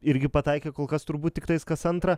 irgi pataikė kol kas turbūt tiktais kas antrą